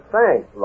Thanks